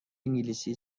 انگلیسی